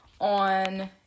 on